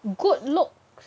good looks